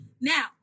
Now